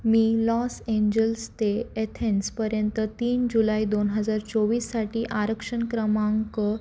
मी Los Angeles ते एथेन्सपर्यंत तीन जुलाइ दोन हजार चोवीससाठी आरक्षण क्रमांक